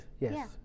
Yes